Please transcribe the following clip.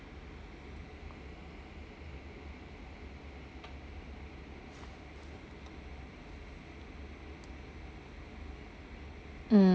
mm